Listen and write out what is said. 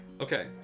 okay